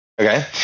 Okay